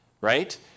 right